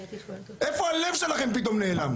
איפה הלב שלכם פתאום נעלם?